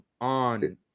on